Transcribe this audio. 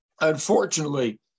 Unfortunately